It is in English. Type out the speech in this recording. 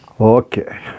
Okay